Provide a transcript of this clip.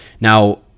Now